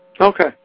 Okay